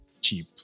cheap